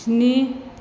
स्नि